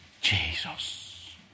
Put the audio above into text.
Jesus